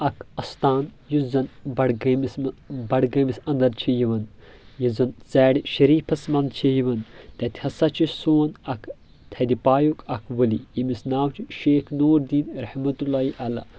اکھ استان یُس زن بڈگٲمِس منٛز بڈگٲمِس انٛدر چھِ یِوان یُس زن ژارِ شریٖفس منٛز چھِ یِوان تتہِ ہسا چھُ سون اکھ تھدِ پایُک اکھ ؤلی ییٚمِس ناو چھُ شیخ نوٗر دیٖن رحمتُ اللّٰہِ علیٰ